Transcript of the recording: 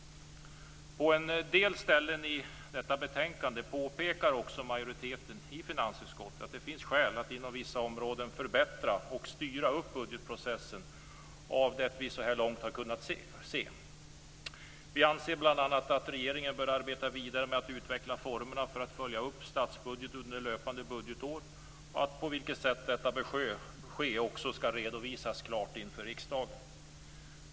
På en del ställen i detta betänkande påpekar också majoriteten i finansutskottet att det finns skäl att inom vissa områden förbättra och styra upp budgetprocessen så långt vi hittills har kunnat se. Vi anser bl.a. att regeringen bör arbeta vidare med att utveckla formerna för att följa upp statsbudgeten under löpande budgetår och att det sätt på vilket detta sker skall redovisas klart inför riksdagen.